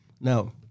now